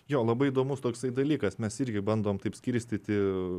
jo labai įdomus toksai dalykas mes irgi bandom taip skirstyti